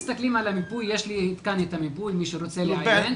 יש לי כאן את המיפוי, מי שרוצה לעיין.